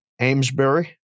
Amesbury